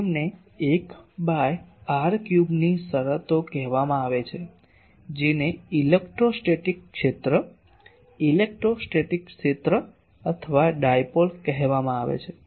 Refer Slide Time 2352 તેમને 1 by r ક્યુબની શરતો કહેવામાં આવે છે જેને ઇલેક્ટ્રોસ્ટેટિક ક્ષેત્ર ઇલેક્ટ્રોસ્ટેટિક ક્ષેત્ર અથવા ડાયપોલ કહેવામાં આવે છે